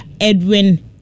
Edwin